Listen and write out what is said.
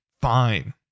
fine